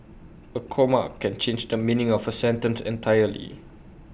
A comma can change the meaning of A sentence entirely